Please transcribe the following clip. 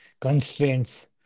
constraints